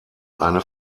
eine